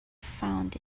found